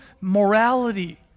morality